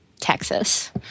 Texas